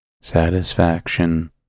satisfaction